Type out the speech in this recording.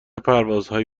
پروازهایی